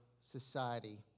society